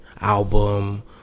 album